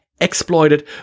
exploited